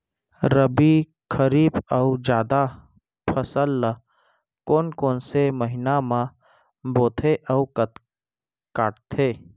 रबि, खरीफ अऊ जादा फसल ल कोन कोन से महीना म बोथे अऊ काटते?